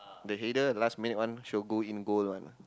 the header last minute one sure go in goal one lah